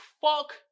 Fuck